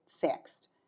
fixed